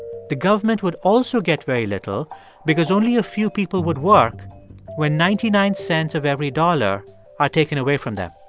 the government would also get very little because only a few people would work when ninety nine cents of every dollar are taken away from them.